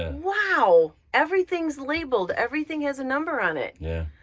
ah wow! everything's labeled, everything has a number on it. yeah.